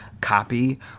copy